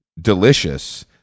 delicious